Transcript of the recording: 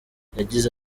yagize